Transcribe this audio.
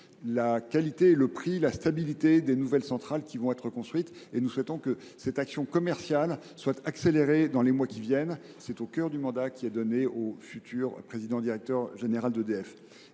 la qualité, du prix, de la stabilité permis par les nouvelles centrales qui seront construites. Nous souhaitons que cette action commerciale soit accélérée dans les mois qui viennent. C’est au cœur du mandat qui est donné au futur président directeur général d’EDF.